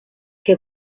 que